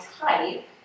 type